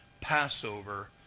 Passover